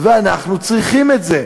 ואנחנו צריכים את זה.